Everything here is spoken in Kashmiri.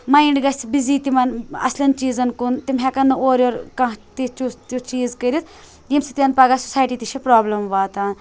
مایِنٛڈ گَژھِ بِزی تِمن اصلین چیٖزَن کُن تِم ہیکَن نہٕ اورٕ یورٕ کانٛہہ تہِ تِیُتھ چیٖز کٔرِتھ ییٚمہِ سۭتۍ پگاہ سوسایِٹی تہِ چھِ پرابلم واتان